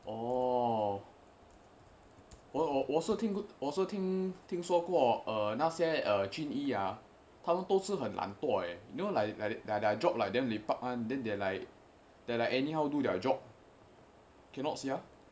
orh 我我我是听听说过那些军医啊他们都是很懒惰 you know like their their job like damn lepak [one] then they like they like anyhow do their job cannot sia